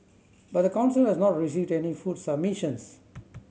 but the council has not received any food submissions